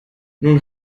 nun